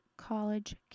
college